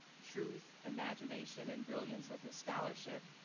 truth, imagination and brilliance of his scholarship.